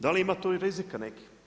Da li ima tu i rizika nekih?